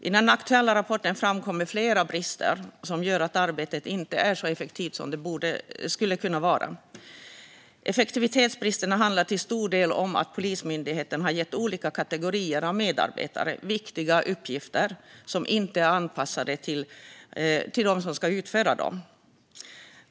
I den aktuella rapporten framkommer flera brister som gör att arbetet inte är så effektivt som det skulle kunna vara. Effektivitetsbristerna handlar till stor del om att Polismyndigheten har gett olika kategorier av medarbetare viktiga uppgifter som inte är anpassade till dem som ska utföra dem.